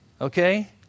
okay